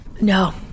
No